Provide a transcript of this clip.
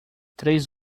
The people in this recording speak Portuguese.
três